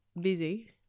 busy